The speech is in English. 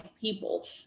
People